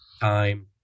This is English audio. time